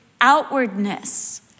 outwardness